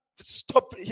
stop